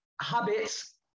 habits